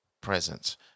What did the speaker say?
presence